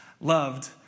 loved